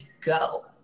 go